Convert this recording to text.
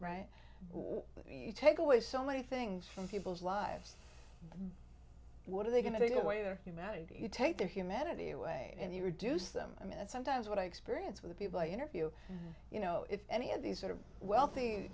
right you take away so many things from people's lives what are they going to take away their humanity you take their humanity away and you reduce them i mean sometimes what i experience with people i interview you know if any of these sort of wealthy